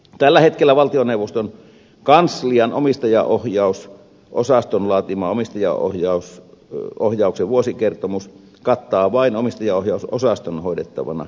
tällä hetkellä valtioneuvoston kanslian omistajaohjausosaston laatima omistajaohjauksen vuosikertomus kattaa vain omistajaohjausosaston hoidettavana olevat yhtiöt